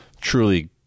truly